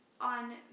on